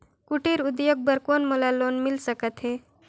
कुटीर उद्योग बर कौन मोला लोन मिल सकत हे?